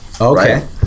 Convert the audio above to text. okay